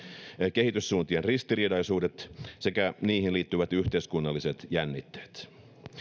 kehityssuuntien ristiriitaisuudet sekä niihin liittyvät yhteiskunnalliset jännitteet